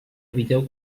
eviteu